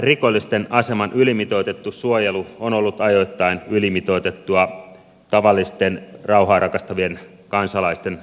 rikollisten aseman ylimitoitettu suojelu on ollut ajoittain ylimitoitettua tavallisten rauhaa rakastavien kansalaisten kustannuksella